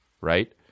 right